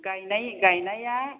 गायनाय गानाया